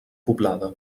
poblada